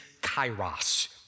kairos